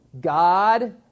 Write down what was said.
God